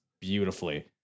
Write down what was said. beautifully